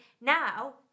Now